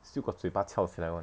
still got 嘴巴翘起来 [one]